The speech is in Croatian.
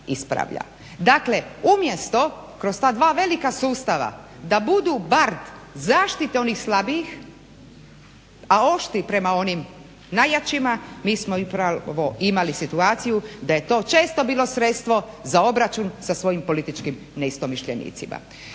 Dakle, umjesto kroz ta dva velika sustava da budu bar zaštite onih slabijih, a oštri prema onim najjačima mi smo upravo imali situaciju da je to često bilo sredstvo za obračun sa svojim političkim neistomišljenicima.